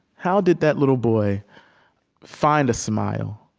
how did that little boy find a smile,